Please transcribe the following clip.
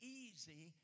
easy